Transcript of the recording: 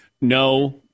no